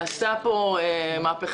עשה פה מהפכה.